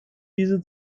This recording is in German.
diese